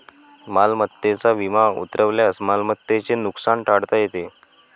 मालमत्तेचा विमा उतरवल्यास मालमत्तेचे नुकसान टाळता येते